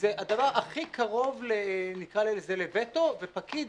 זה הדבר הכי קרוב נקרא לזה לווטו, ופקיד